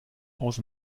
aus